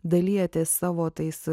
dalijatės savo tais